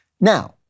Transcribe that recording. Now